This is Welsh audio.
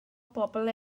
bobol